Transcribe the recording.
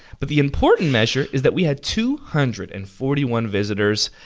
but the important measure is that we had two hundred and forty one visitors,